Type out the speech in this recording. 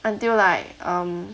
until like um